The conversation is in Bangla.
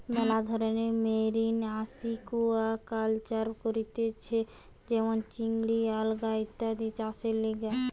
মেলা ধরণের মেরিন আসিকুয়াকালচার করতিছে যেমন চিংড়ি, আলগা ইত্যাদি চাষের লিগে